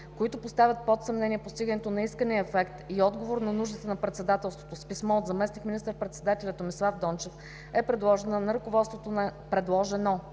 които поставят под съмнение постигането на искания ефект и отговор на нуждите на председателството с писмо от заместник министър-председателя Томислав Дончев, е предложена на ръководството на НДК